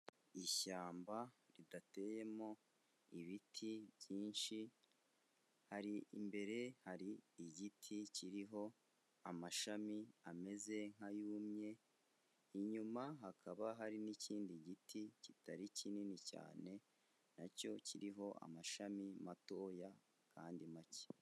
Ishyamba ridateyemo ibiti byinshi hari imbere, hari igiti kiriho amashami ameze nk'ayumye, inyuma hakaba hari n'ikindi giti kitari kinini cyane nacyo kiriho amashami matoya kandi make.